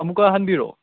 ꯑꯃꯨꯛꯀ ꯍꯟꯕꯤꯔꯛꯑꯣ